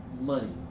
money